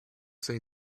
say